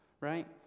right